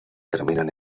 terminan